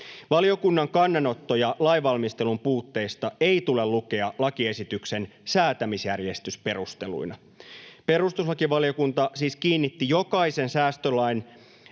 Valiokunnan kannanottoja lainvalmistelun puutteista ei tule lukea lakiesityksen säätämisjärjestysperusteluina. Perustuslakivaliokunta siis kiinnitti jokaisen säästölain